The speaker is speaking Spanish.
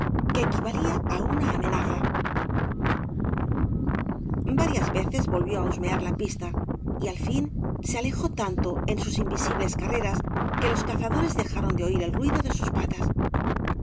que equivalía á una amenaza varias veces volvió á husmear la pista y al fin se alejó tanto en sus invisibles carreras que los cazadores dejaron de oír el ruido de sus patas